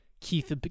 Keith